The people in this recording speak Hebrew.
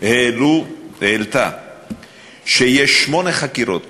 הם שיש שמונה חקירות